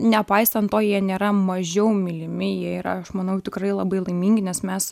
nepaisant to jie nėra mažiau mylimi jie yra aš manau tikrai labai laimingi nes mes